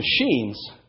machines